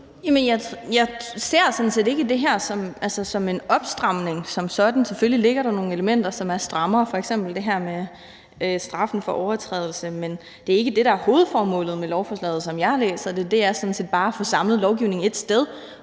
set ikke det her som en opstramning som sådan. Selvfølgelig ligger der nogle elementer, som er strammere, f.eks. det her med straffen for overtrædelse, men det er ikke det, der er hovedformålet med lovforslaget, som jeg læser det. Det er sådan set bare at få samlet lovgivningen ét sted